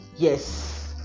Yes